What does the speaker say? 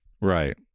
Right